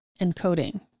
encoding